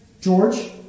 George